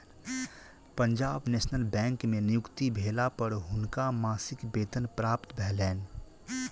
Punjab National Bank में नियुक्ति भेला पर हुनका मासिक वेतन प्राप्त भेलैन